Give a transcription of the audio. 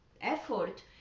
effort